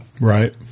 Right